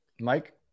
Mike